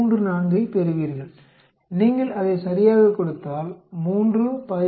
34 ஐப் பெறுவீர்கள் நீங்கள் அதை சரியாகக் கொடுத்தால் 3170